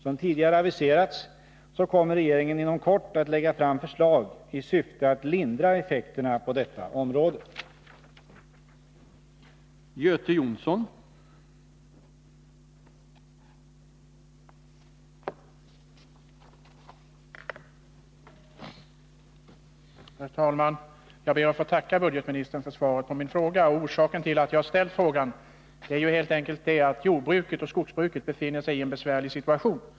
Som tidigare aviserats kommer regeringen inom kort att lägga Tisdagen den fram förslag i syfte att lindra effekterna på detta område.